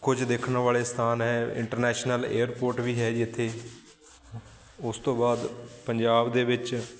ਕੁਝ ਦੇਖਣ ਵਾਲੇ ਸਥਾਨ ਹੈ ਇੰਟਰਨੈਸ਼ਨਲ ਏਅਰਪੋਰਟ ਵੀ ਹੈ ਜੀ ਇੱਥੇ ਉਸ ਤੋਂ ਬਾਅਦ ਪੰਜਾਬ ਦੇ ਵਿੱਚ